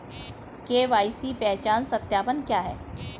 KYC पहचान सत्यापन क्या है?